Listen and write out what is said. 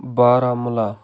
Baramulla